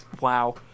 wow